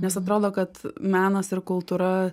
nes atrodo kad menas ir kultūra